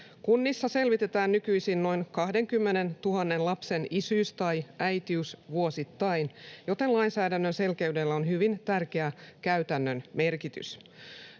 Kunnissa selvitetään nykyisin noin 20 000 lapsen isyys tai äitiys vuosittain, joten lainsäädännön selkeydellä on hyvin tärkeä käytännön merkitys.